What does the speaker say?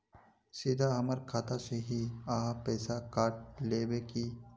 सीधा हमर खाता से ही आहाँ पैसा काट लेबे की?